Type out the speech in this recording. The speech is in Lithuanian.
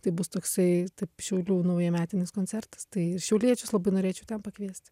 tai bus toksai šiaulių naujametinis koncertas tai ir šiauliečius labai norėčiau ten pakviesti